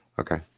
Okay